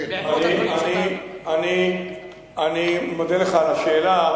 אני מודה לך על השאלה.